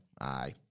Aye